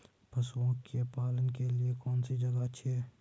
पशुओं के पालन के लिए कौनसी जगह अच्छी है?